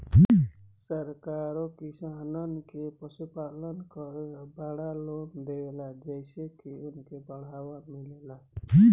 सरकारो किसानन के पशुपालन करे बड़ लोन देवेले जेइसे की उनके बढ़ावा मिलेला